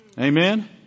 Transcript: Amen